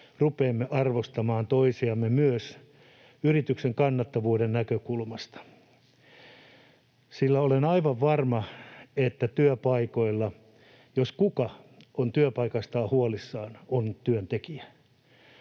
rupeamme arvostamaan toisiamme myös yrityksen kannattavuuden näkökulmasta, sillä olen aivan varma, että työpaikoilla työntekijä jos kuka on työpaikastaan huolissaan. Ja jos ei